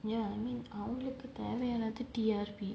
ya I mean அவங்களுக்கு தேவையானது:avangaluku thaevaiyaanathu T_R_P